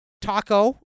taco